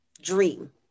dream